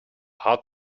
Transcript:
hard